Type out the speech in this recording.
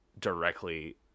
directly